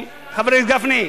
חברי גפני,